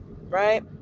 Right